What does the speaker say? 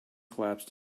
collapsed